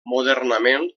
modernament